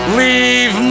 leave